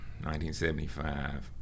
1975